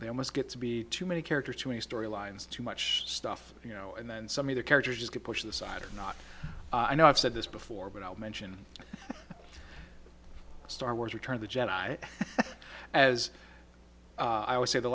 they almost get to be too many characters too many storylines too much stuff you know and then some of the characters just get pushed aside not i know i've said this before but i'll mention star wars return the jet i as i would say the